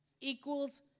equals